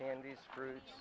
candies fruit